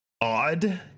odd